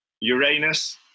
Uranus